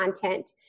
content